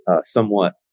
somewhat